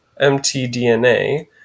mtDNA